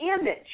image